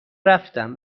رفتم